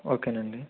ఓకేనండి